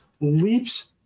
leaps